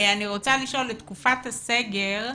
בתקופת הסגר,